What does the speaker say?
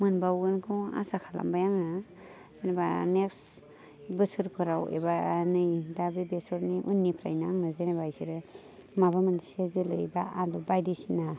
मोनबावगोनखौ आसा खालामबाय आङो जेनेबा नेक्स्ट बोसोरफोराव एबा नै दा बेसरनि उननिफ्रायनो आंनो जेनेबा बिसोरो माबा मोनसे जोलै बा आलु बायदिसिना